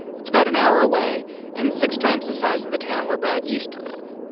it's about an hour away and six times the size of the town where brad used to live.